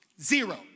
zero